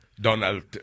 Donald